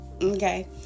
Okay